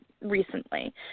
recently